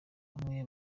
bamwe